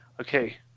Okay